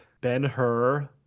Ben-Hur